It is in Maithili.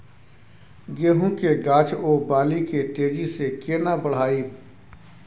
गेहूं के गाछ ओ बाली के तेजी से केना बढ़ाइब?